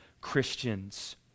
Christians